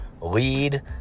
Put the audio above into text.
lead